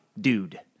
dude